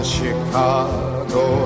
Chicago